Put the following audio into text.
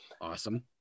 Awesome